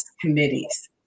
committees